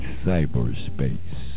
cyberspace